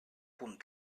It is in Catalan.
punt